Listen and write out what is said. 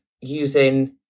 using